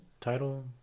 Title